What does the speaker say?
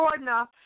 enough